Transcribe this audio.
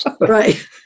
Right